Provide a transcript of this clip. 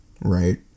right